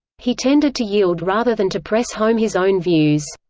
he tended to yield rather than to press home his own views.